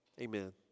Amen